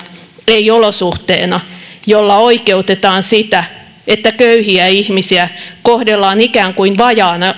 ei olosuhteena millä oikeutetaan sitä että köyhiä ihmisiä kohdellaan ikään kuin vajaina